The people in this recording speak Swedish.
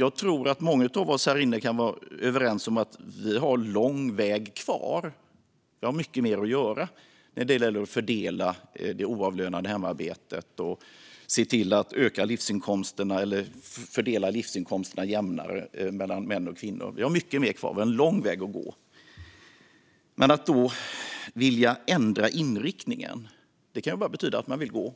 Jag tror att många av oss här inne kan vara överens om att vi har lång väg kvar. Vi har mycket mer att göra när det gäller att fördela det oavlönade hemarbetet och se till att fördela livsinkomsterna jämnare mellan män och kvinnor. Vi har mycket mer kvar; vi har en lång väg att gå. Men att då vilja ändra inriktningen kan bara betyda att man vill gå